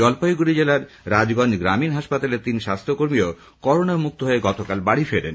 জলপাইগুড়ি জেলার রাজগঞ্জ গ্রামীণ হাসপাতালের তিন স্বাস্হ্যকর্মীও করোনামুক্ত হয়ে গতকাল বাড়ি ফেরেন